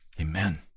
Amen